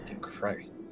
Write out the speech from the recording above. Christ